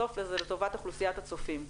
בסוף זה לטובת אוכלוסיית הצופים.